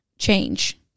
change